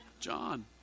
John